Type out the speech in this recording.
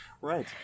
right